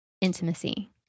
intimacy